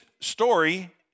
story